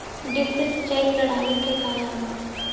Drip सिंचाई प्रणाली के का लाभ ह?